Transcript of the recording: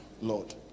lord